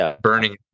burning